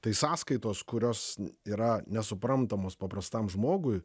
tai sąskaitos kurios yra nesuprantamos paprastam žmogui